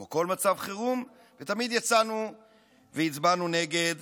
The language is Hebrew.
כמו כל מצב חירום, ותמיד יצאנו והצבענו נגד